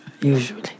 usually